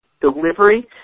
delivery